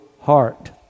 heart